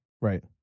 Right